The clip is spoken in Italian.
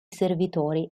servitori